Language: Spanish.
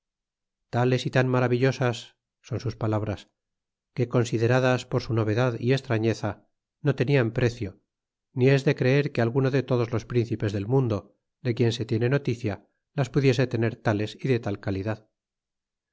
tales y tan maravillosas son stgs palabras que consw radas por su novedad y extrafieza no tenian precio ni es de creer que al guno de todos los príncipes del mundo de quien se tiene noticia las pudiese tener tales y de tal calidad